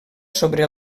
sobre